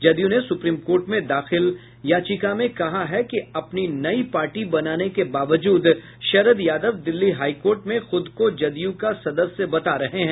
जदयू ने supreme court में दाखिल याचिका में कहा है कि अपनी नयी पार्टी बनाने के बावजूद शरद यादव दिल्ली हाईकोर्ट में खुद को जदयू का सदस्य बता रहे हैं